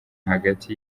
hagati